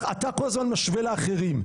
אתה כל הזמן משווה לאחרים,